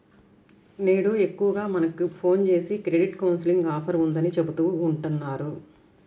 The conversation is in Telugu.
నేడు ఎక్కువగా మనకు ఫోన్ జేసి క్రెడిట్ కౌన్సిలింగ్ ఆఫర్ ఉందని చెబుతా ఉంటన్నారు